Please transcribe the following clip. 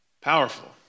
Powerful